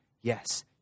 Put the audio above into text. yes